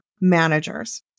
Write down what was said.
managers